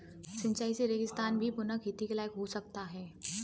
सिंचाई से रेगिस्तान भी पुनः खेती के लायक हो सकता है